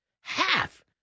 Half